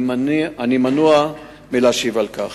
אני מנוע מלהשיב על כך.